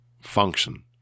function